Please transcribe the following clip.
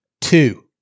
Two